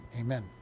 amen